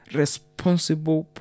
responsible